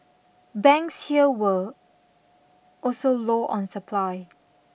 banks here were also low on supply